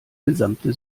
gesamte